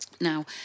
Now